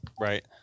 right